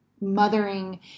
Mothering